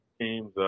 teams